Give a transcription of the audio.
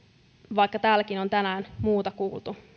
vaikka täälläkin on tänään muuta kuultu